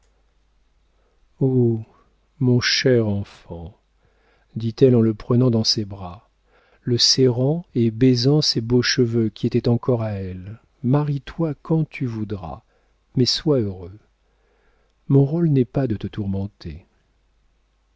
mon cher enfant dit-elle en le prenant dans ses bras le serrant et baisant ses beaux cheveux qui étaient encore à elle marie-toi quand tu voudras mais sois heureux mon rôle n'est pas de te tourmenter